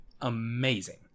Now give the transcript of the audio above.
amazing